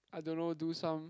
I don't know do some